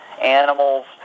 Animals